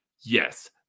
yes